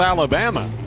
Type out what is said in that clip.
Alabama